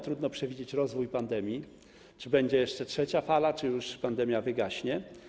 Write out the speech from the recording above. Trudno przewidzieć rozwój pandemii, czy będzie jeszcze trzecia fala, czy pandemia już wygaśnie.